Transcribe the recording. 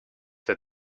that